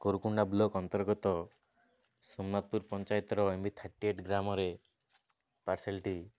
Korukonda block ଅନ୍ତର୍ଗତ ସୋମନାଥପୁର ପଞ୍ଚାୟତର thirty ଏଇ ଗ୍ରାମରେ ପାର୍ସଲ୍ଟି